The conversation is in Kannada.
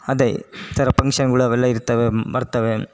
ಅದೇ ಈ ಥರ ಪಂಕ್ಷನ್ಗಳ್ ಅವೆಲ್ಲ ಇರ್ತವೆ ಬರ್ತವೆ